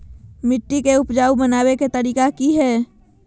मिट्टी के उपजाऊ बनबे के तरिका की हेय?